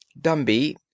Dumby